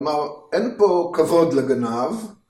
‫כלומר, אין פה כבוד לגנב.